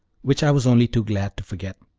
which i was only too glad to forget.